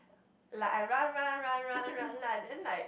like I run run run run run lah then like